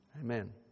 Amen